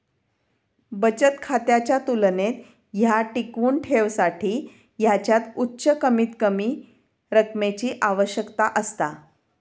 बचत खात्याच्या तुलनेत ह्या टिकवुन ठेवसाठी ह्याच्यात उच्च कमीतकमी रकमेची आवश्यकता असता